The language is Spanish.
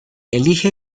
elige